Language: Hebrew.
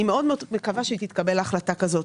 אני מאוד מקווה שתתקבל החלטה כזו.